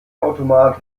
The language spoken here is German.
automat